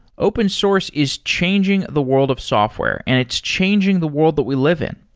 open source is changing the world of software and it's changing the world that we live in.